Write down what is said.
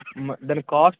దాని కాస్ట్